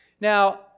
Now